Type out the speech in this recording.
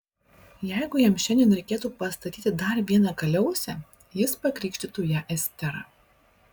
jeigu jam šiandien reikėtų pastatyti dar vieną kaliausę jis pakrikštytų ją estera